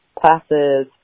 classes